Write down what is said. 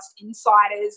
insiders